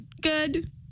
Good